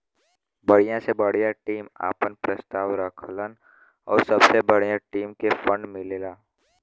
बढ़िया से बढ़िया टीम आपन प्रस्ताव रखलन आउर सबसे बढ़िया टीम के फ़ंड मिलला